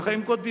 כך הם כותבים,